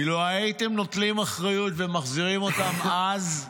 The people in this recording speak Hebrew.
אילו הייתם נוטלים אחריות ומחזירים אותם אז,